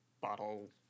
bottle